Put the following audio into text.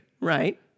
Right